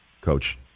Coach